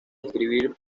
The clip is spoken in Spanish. escribir